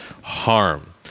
harm